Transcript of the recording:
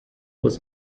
was